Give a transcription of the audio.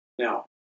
Now